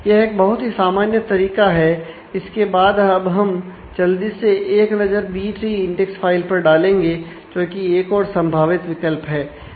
यह एक बहुत ही सामान्य तरीका है इसके बाद अब हम जल्दी से एक नजर बी ट्री इंडेक्स फाइल पर डालेंगे जो कि एक और संभावित विकल्प है